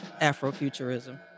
Afrofuturism